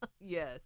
Yes